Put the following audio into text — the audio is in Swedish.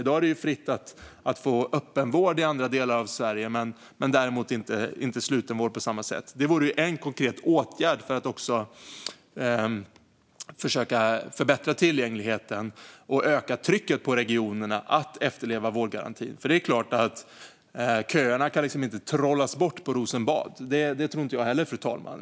I dag är det fritt att få öppenvård i andra delar av Sverige men inte slutenvård på samma sätt. Det vore en konkret åtgärd för att försöka förbättra tillgängligheten och öka trycket på regionerna att efterleva vårdgarantin. Köerna kan såklart inte trollas bort på Rosenbad. Det tror inte jag heller, fru talman.